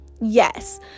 Yes